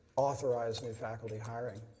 authorize new faculty hiring.